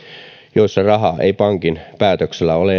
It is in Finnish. joissa rahaa ei pankin päätöksellä ole